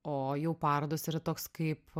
o jau parodos yra toks kaip